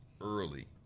early